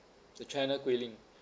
the china guilin